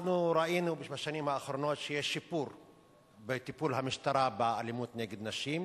אנחנו ראינו בשנים האחרונות שיש שיפור בטיפול המשטרה באלימות נגד נשים,